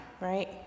Right